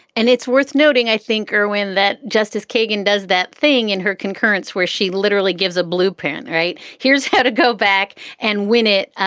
and it's worth noting, i think, irwin, that justice kagan does that thing in her concurrence where she literally gives a blueprint. right. here's how to go back and win it.